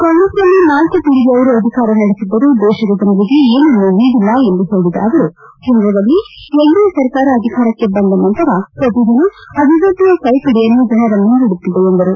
ಕಾಂಗ್ರೆಸ್ನಲ್ಲಿ ನಾಲ್ಲು ಪೀಳಿಗೆಯವರು ಅಧಿಕಾರ ನಡೆಸಿದ್ದರೂ ದೇಶದ ಜನರಿಗೆ ಏನನ್ನೂ ನೀಡಿಲ್ಲ ಎಂದು ಹೇಳಿದ ಅವರು ಕೇಂದ್ರದಲ್ಲಿ ಎನ್ಡಿಎ ಸರ್ಕಾರ ಅಧಿಕಾರಕ್ಕೆ ಬಂದ ನಂತರ ಪ್ರತಿದಿನ ಅಭಿವೃದ್ದಿಯ ಕೈಪಿಡಿಯನ್ನು ಜನರ ಮುಂದಿಡುತ್ತಿದೆ ಎಂದರು